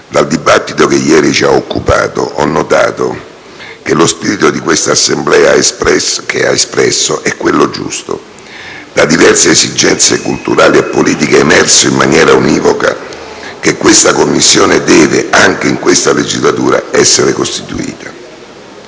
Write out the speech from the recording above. Dal dibattito che ieri ci ha occupato, ho notato che lo spirito che questa Assemblea ha espresso è quello giusto. Da diverse esigenze culturali e politiche è emerso in maniera univoca che questa Commissione deve, anche in questa legislatura, essere costituita.